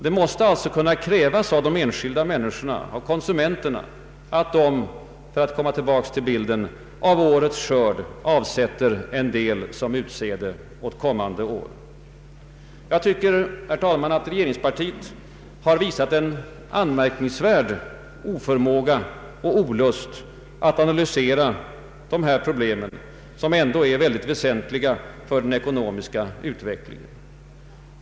Det måste kunna krävas av de enskilda människorna, av konsumenterna, att de av årets skörd — jag åter kommer till bilden — avsätter en del som utsäde åt kommande år. Regeringspartiet har visat en anmärkningsvärd oförmåga och olust att analysera hithörande problem, väsentliga för den ekonomiska utvecklingen.